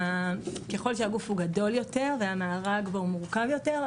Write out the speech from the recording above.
ככל שהגוף הוא גדול יותר והמארג בו הוא מרכב יותר,